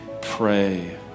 pray